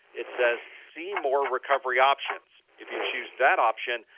it says see more recovery options. if you choose that option,